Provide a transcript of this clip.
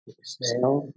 Exhale